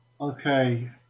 Okay